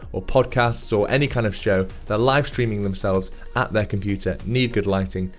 or podcasts, or any kind of show, they're live streaming themselves at their computer, need good lighting,